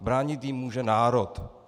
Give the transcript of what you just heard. Bránit ji může národ.